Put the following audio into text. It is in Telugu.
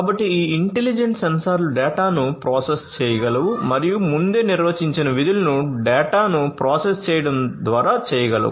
కాబట్టి ఈ ఇంటెలిజెంట్ సెన్సార్లు డేటాను ప్రాసెస్ చేయగలవు మరియు ముందే నిర్వచించిన విధులను డేటాను ప్రాసెస్ చేయడం ద్వారా చేయగలవు